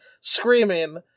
screaming